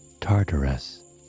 Tartarus